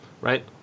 right